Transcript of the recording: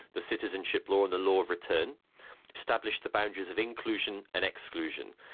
the citizenship law and the law of return established the boundaries of inclusion and exclusion.